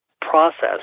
process